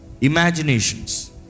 imaginations